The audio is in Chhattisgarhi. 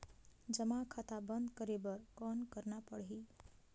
जमा खाता बंद करे बर कौन करना पड़ही?